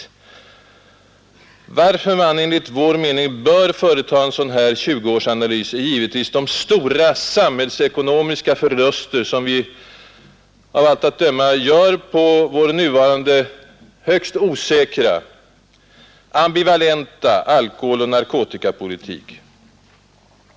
Anledningen till att man enligt vår mening bör företa en 20-årsanalys är givetvis de stora samhällsekonomiska förluster som vi av allt att döma gör på vår nuvarande högst osäkra och ambivalenta alkoholoch narkotikapolitik.